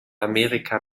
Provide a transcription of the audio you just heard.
amerika